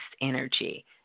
energy